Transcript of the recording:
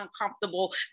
uncomfortable